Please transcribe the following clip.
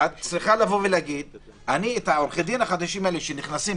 צריכה להגיד שאת עורכי הדין החדשים שנכנסים,